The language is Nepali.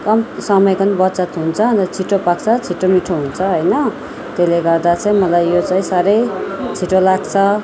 कम समयको नि बचत हुन्छ अन्त छिटो पाक्छ छिटो मिठो हुन्छ होइन त्यसले गर्दा चाहिँ मलाई यो चाहिँ साह्रै छिटो लाग्छ